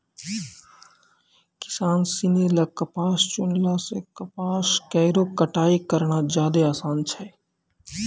किसान सिनी ल कपास चुनला सें कपास केरो कटाई करना जादे आसान छै